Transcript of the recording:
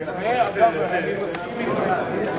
והביטחון נתקבלה.